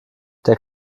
der